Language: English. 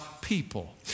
people